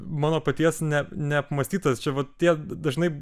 mano paties ne neapmąstytas čia vat tie dažnai